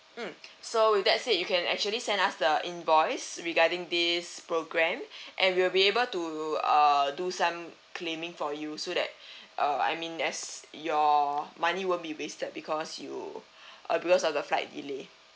mm so with that said you can actually send us the invoice regarding this program and we'll be able to uh do some claiming for you so that err I mean as your money won't be wasted because you err because of the flight delay